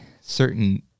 certain